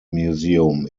museum